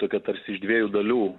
tokia tarsi iš dviejų dalių